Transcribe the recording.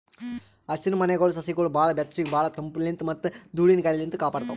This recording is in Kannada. ಹಸಿರಮನೆಗೊಳ್ ಸಸಿಗೊಳಿಗ್ ಭಾಳ್ ಬೆಚ್ಚಗ್ ಭಾಳ್ ತಂಪಲಿನ್ತ್ ಮತ್ತ್ ಧೂಳಿನ ಗಾಳಿನಿಂತ್ ಕಾಪಾಡ್ತಾವ್